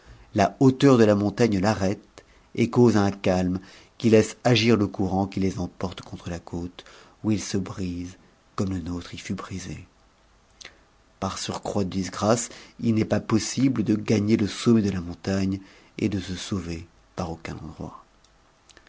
la hauteur de la montagne l'arrête et cause un calme qui laisse agir le courant qui lès emporte contre la côte où ils se brisent comme le nôtre y fut brisé pour surcroît de disgrâces il n'est pas possible de gagner le sommet de la montagne et de se sauver par aucun